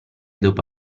dopo